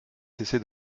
cessé